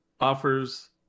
Offers